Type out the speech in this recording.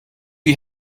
you